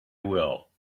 will